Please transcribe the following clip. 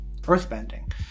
earthbending